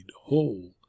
whole